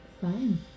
Fine